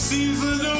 Season